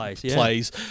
plays